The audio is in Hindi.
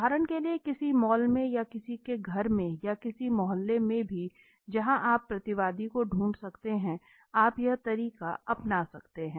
उदाहरण के लिए किसी मॉल में या किसी के घर में या किसी मोहल्ले में भी जहां आप प्रतिवादी को ढूंढ सकते हैं आप यह तरीका अपना सकते हैं